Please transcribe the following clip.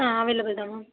ஆ available தான் ma'am